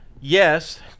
yes